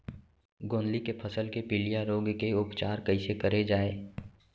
गोंदली के फसल के पिलिया रोग के उपचार कइसे करे जाये?